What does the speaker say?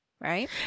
right